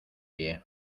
pie